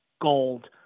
gold